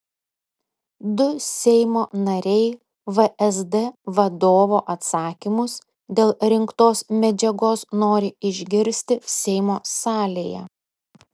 du seimo nariai vsd vadovo atsakymus dėl rinktos medžiagos nori išgirsti seimo salėje